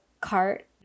cart